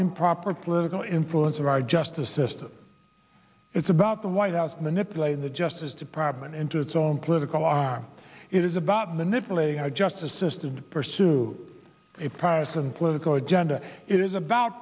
improper political influence of our justice system it's about the white house manipulating the justice department into its own political arm it is about manipulating our justice system to pursue a partisan political agenda it is about